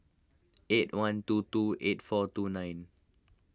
eight one two two eight four two nine